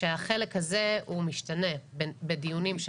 שהחלק הזה הוא משתנה בדיונים.